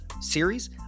series